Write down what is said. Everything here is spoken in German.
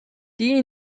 die